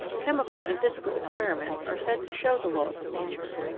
chemical and physical experiments are said to show the laws of nature.